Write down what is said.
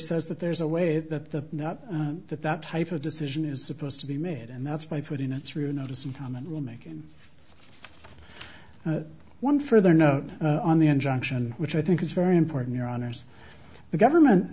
says that there's a way that the that that type of decision is supposed to be made and that's by putting it through notice and comment rule making one further note on the injunction which i think is very important your honour's the government